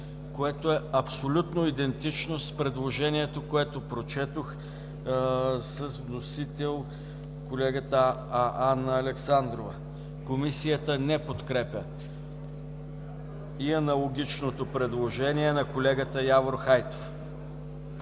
което е абсолютно идентично с предложението, което прочетох – с вносител Анна Александрова. Комисията не подкрепя и аналогичното предложение на колегата Явор Хайтов.